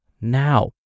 now